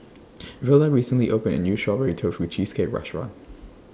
Verla recently opened A New Strawberry Tofu Cheesecake Restaurant